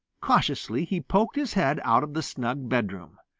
cautiously he poked his head out of the snug bedroom.